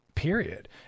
period